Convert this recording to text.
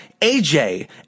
AJ